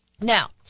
Now